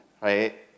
right